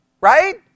Right